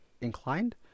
inclined